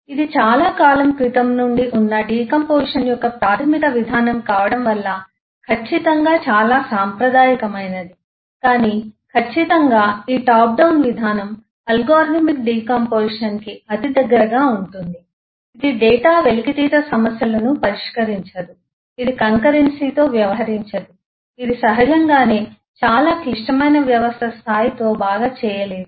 ఇది చాలా కాలం క్రితం నుండి ఉన్న డికాంపొజిషన్ యొక్క ప్రాథమిక విధానం కావడం వల్ల ఖచ్చితంగా చాలా సాంప్రదాయికమైనది కాని ఖచ్చితంగా ఈ టాప్ డౌన్ విధానం అల్గోరిథమిక్ డికాంపొజిషన్ కి అతి దగ్గరగా ఉంటుంది ఇది డేటా వెలికితీత సమస్యలను పరిష్కరించదు ఇది కంకరెన్సీ తో వ్యవహరించదు ఇది సహజంగానే చాలా క్లిష్టమైన వ్యవస్థ స్థాయితో బాగా చేయదు